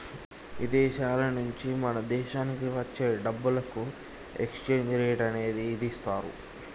ఇదేశాల నుంచి మన దేశానికి వచ్చే డబ్బులకు ఎక్స్చేంజ్ రేట్ అనేది ఇదిస్తారు